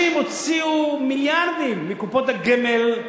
אנשים הוציאו מיליארדים מקופות הגמל,